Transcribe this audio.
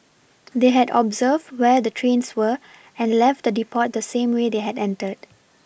they had observed where the trains were and left the depot the same way they had entered